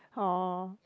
orh